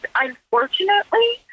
unfortunately